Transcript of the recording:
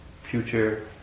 future